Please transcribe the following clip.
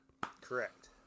Correct